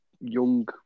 young